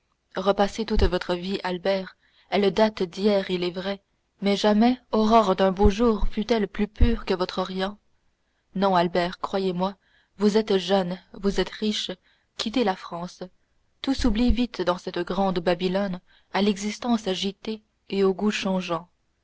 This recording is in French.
repassez toute votre vie albert elle date d'hier il est vrai mais jamais aurore d'un beau jour fut-elle plus pure que votre orient non albert croyez-moi vous êtes jeune vous êtes riche quittez la france tout s'oublie vite dans cette grande babylone à l'existence agitée et aux goûts